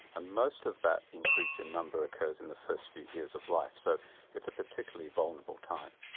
ah most of that increase in number occurs in the first few years of life. so it's a particularly vulnerable time.